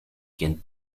quien